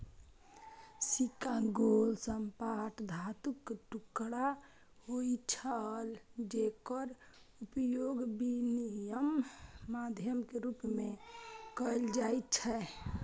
सिक्का गोल, सपाट धातुक टुकड़ा होइ छै, जेकर उपयोग विनिमय माध्यम के रूप मे कैल जाइ छै